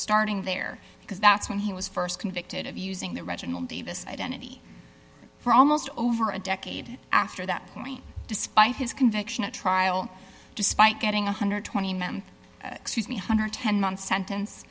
starting there because that's when he was st convicted of using the reginald davis identity for almost over a decade after that point despite his conviction at trial despite getting one hundred and twenty member me one hundred and ten month sentence